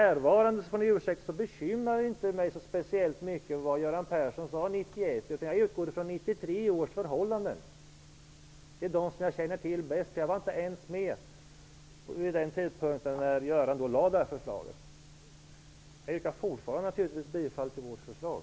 Ulf Melin får ursäkta, men för närvarande bekymrar det mig inte så mycket vad Göran Persson sade 1991. Jag utgår från förhållandena 1993. De förhållandena känner jag bäst till. Jag var inte ens med vid den tidpunkt då Göran Persson lade fram detta förslag. Jag yrkar naturligtvis fortfarande bifall till vårt förslag.